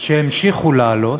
שהמשיכו לעלות,